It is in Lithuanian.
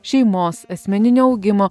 šeimos asmeninio augimo